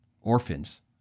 orphans